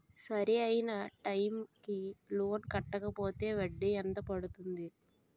సరి అయినా టైం కి లోన్ కట్టకపోతే వడ్డీ ఎంత పెరుగుతుంది?